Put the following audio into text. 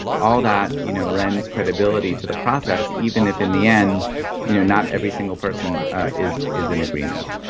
all that you know lends credibility to the process even if in the end, you know not every single person is is in agreement.